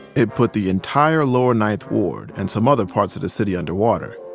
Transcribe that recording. it put the entire lower ninth ward and some other parts of the city underwater.